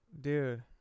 dude